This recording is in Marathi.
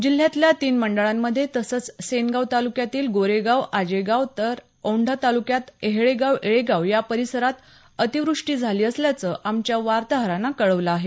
जिल्ह्यातल्या तीन मंडळांमध्ये तसचं सेनगाव तालुक्यात गोरेगाव आजेगाव तर औंढा तालुक्यात येहळेगाव येळेगाव या परिसरात अतिवृष्टी झाली असल्याचं आमच्या वार्ताहरानं कळवलं आहे